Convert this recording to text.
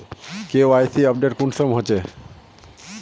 KYC update कुंसम होचे?